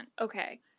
Okay